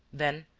then,